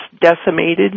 decimated